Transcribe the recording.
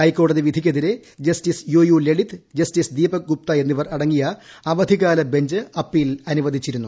ഹൈക്കോടതി വിധിക്കെതിരെ justice U U Lalit justice Deepak Gupta എന്നിവർ അടങ്ങിയ അവധിക്കാല ബഞ്ച് അപ്പീൽ അനുവദിച്ചിരുന്നു